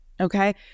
Okay